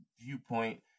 viewpoint